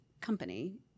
company